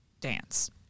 dance